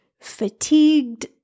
fatigued